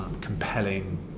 compelling